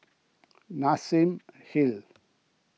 Nassim Hill